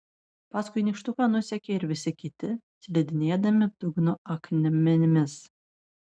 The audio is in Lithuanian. paskui nykštuką nusekė ir visi kiti slidinėdami dugno akmenimis